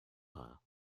her